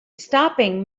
stopping